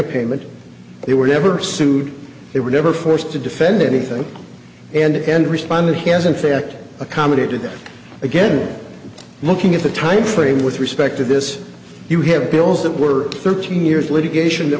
a payment they were never sued they were never forced to defend anything and responder has in fact accommodated them again looking at the time frame with respect to this you have bills that were thirteen years litigation that